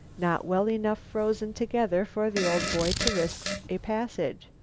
not well enough frozen together for the old boy to risk a passage,